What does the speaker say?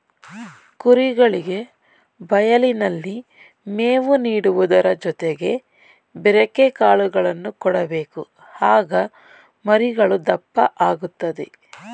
ಕುರಿಗಳಿಗೆ ಬಯಲಿನಲ್ಲಿ ಮೇವು ನೀಡುವುದರ ಜೊತೆಗೆ ಬೆರೆಕೆ ಕಾಳುಗಳನ್ನು ಕೊಡಬೇಕು ಆಗ ಮರಿಗಳು ದಪ್ಪ ಆಗುತ್ತದೆ